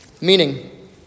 Meaning